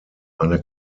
eine